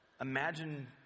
Imagine